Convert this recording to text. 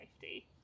safety